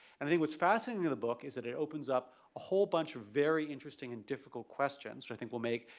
and i think what's fascinating in the book is that it opens up a whole bunch of very interesting and difficult questions but i think will make,